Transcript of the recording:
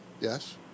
Yes